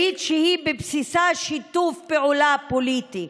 ברית שהיא בבסיסה שיתוף פעולה פוליטי,